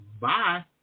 Bye